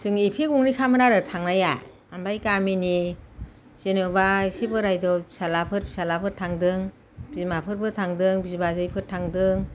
जों एखे गंनैखामोन आरो थांनाया ओमफ्राय गामिनि जेनबा एसे बोराइदब फिसाज्लाफोर फिसाज्लाफोर थांदों बिमाफोरबो थांदों बिबाजैफोर थांदों